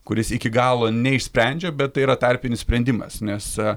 kuris iki galo neišsprendžia bet tai yra tarpinis sprendimas nes